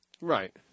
Right